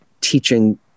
teaching